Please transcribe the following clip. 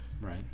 Right